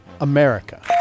America